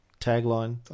tagline